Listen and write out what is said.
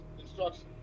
instruction